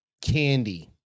candy